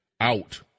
out